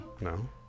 No